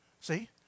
See